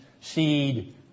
seed